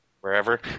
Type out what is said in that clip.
wherever